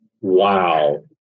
Wow